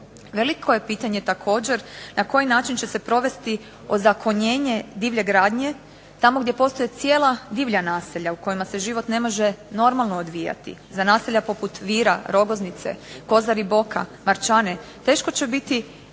Veliko je pitanje također na koji način će se provesti ozakonjenje divlje gradnje, tamo gdje postoje cijela divlja naselja, u kojima se život ne može normalno odvijati, za naselja poput Vira, Rogoznice, Kozari Boka, Marčane, teško će biti